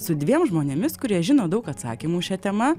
su dviem žmonėmis kurie žino daug atsakymų šia tema